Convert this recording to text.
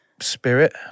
spirit